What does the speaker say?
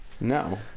no